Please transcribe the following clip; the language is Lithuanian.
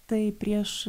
tai prieš